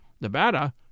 Nevada